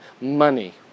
money